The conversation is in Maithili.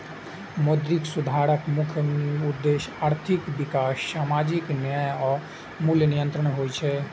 मौद्रिक सुधारक मुख्य उद्देश्य आर्थिक विकास, सामाजिक न्याय आ मूल्य नियंत्रण होइ छै